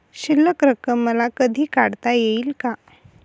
शिल्लक रक्कम मला कधी काढता येईल का?